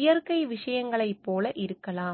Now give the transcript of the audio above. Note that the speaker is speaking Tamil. இயற்கை விஷயங்களைப் போல இருக்கலாம்